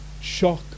Shock